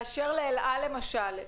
באשר לאל-על למשל,